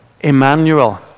Emmanuel